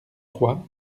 trois